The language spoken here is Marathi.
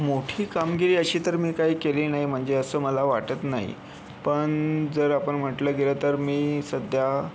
मोठी कामगिरी अशी तर मी काही केली नाही म्हणजे असं मला वाटत नाही पण जर आपण म्हटलं गेलं तर मी सध्या